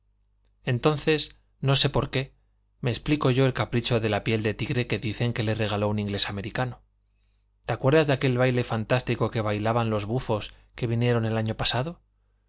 entonces no sé por qué me explico yo el capricho de la piel de tigre que dicen que le regaló un inglés americano te acuerdas de aquel baile fantástico que bailaban los bufos que vinieron el año pasado